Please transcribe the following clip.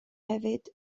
hefyd